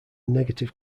negative